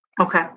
Okay